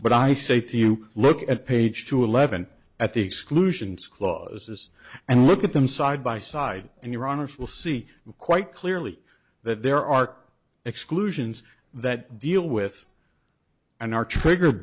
but i say to you look at page two eleven at the exclusions clauses and look at them side by side in your honour's will see quite clearly that there are exclusions that deal with and are triggered